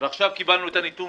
ועכשיו קיבלנו כאן את הנתון